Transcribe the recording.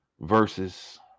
versus